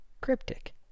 cryptic